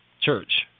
church